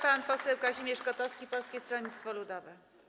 Pan poseł Kazimierz Kotowski, Polskie Stronnictwo Ludowe.